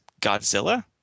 Godzilla